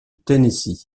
tennessee